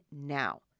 now